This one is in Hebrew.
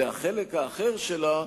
והחלק האחר שלה,